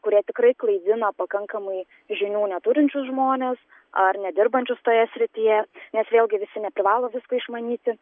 kurie tikrai klaidina pakankamai žinių neturinčius žmones ar nedirbančius toje srityje nes vėlgi visi neprivalo visko išmanyti